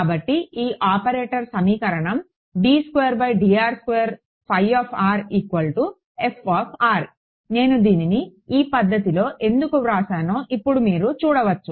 కాబట్టి ఈ ఆపరేటర్ సమీకరణం నేను దీన్ని ఈ పద్ధతిలో ఎందుకు వ్రాసానో ఇప్పుడు మీరు చూడవచ్చు